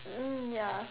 mm ya